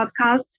podcast